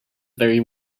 very